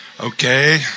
Okay